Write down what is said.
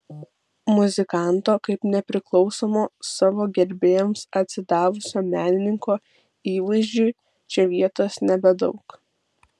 muzikanto kaip nepriklausomo savo gerbėjams atsidavusio menininko įvaizdžiui čia vietos nebedaug